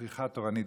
פריחה תורנית.